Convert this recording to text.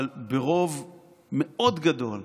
אבל ברוב מאוד גדול.